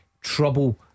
trouble